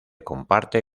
comparte